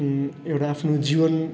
एउटा आफ्नो जीवन